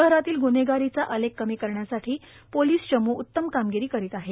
शहरातील ग्न्हेगारीचा आलेख कमी करण्यासाठी पोलीस चमू उत्तम कामगिरी करीत आहे